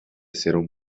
será